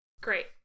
great